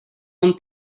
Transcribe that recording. one